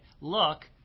look